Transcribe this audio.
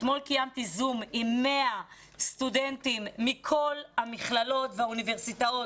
אתמול קיימתי זום עם 100 סטודנטים מכל המכללות והאוניברסיטאות,